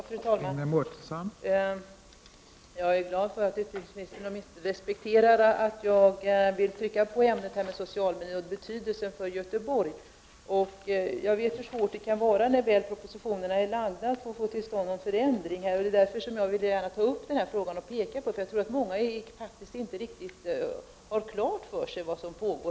Fru talman! Jag är glad för att utbildningsministern respekterar att jag vill framhålla betydelsen för Göteborg av ämnet socialmedicin. Jag vet hur svårt det kan vara att få till stånd en förändring när propositior.erna väl är framlagda. Därför ville jag gärna ta upp den här frågan och visa på risken. Jag tror att många kanske inte riktigt haft klart för sig vad som här pågår.